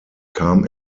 kam